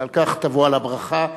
ועל כך תבוא על הברכה.